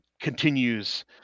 continues